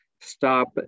stop